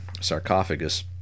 sarcophagus